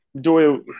Doyle